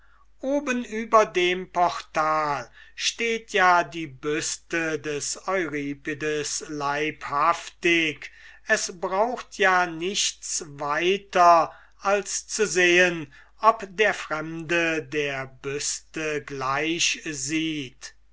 oben über dem portal steht ja die büste des euripides leibhaftig es braucht ja nichts weiter als zu sehen ob der fremde der büste gleich sieht